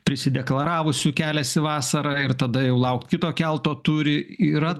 prisideklaravusių keliasi vasarą ir tada jau laukt kito kelto turi yra